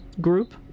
group